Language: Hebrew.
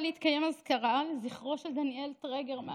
להתקיים אזכרה לזכרו של דניאל טרגרמן.